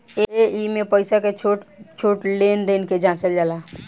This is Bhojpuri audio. एइमे पईसा के छोट छोट लेन देन के जाचल जाला